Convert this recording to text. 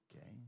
okay